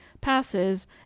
passes